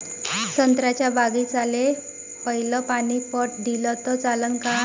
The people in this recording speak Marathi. संत्र्याच्या बागीचाले पयलं पानी पट दिलं त चालन का?